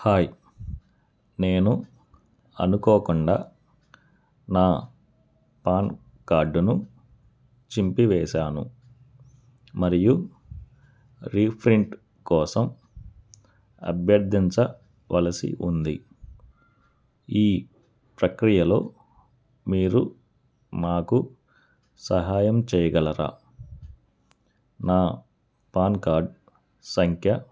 hi నేను అనుకోకుండా నా పాన్ కార్డును చింపివేసాను మరియు రీప్రింట్ కోసం అభ్యర్థించవలసి ఉంది ఈ ప్రక్రియలో మీరు మాకు సహాయం చెయ్యగలరా నా పాన్ కార్డ్ సంఖ్య